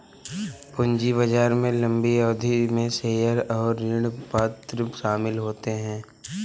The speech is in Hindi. पूंजी बाजार में लम्बी अवधि में शेयर और ऋणपत्र शामिल होते है